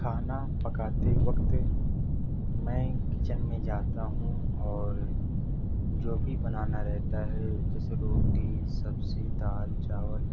کھانا پکاتے وقت میں کچن میں جاتا ہوں اور جو بھی بنانا رہتا ہے جیسے روٹی سبزی دال چاول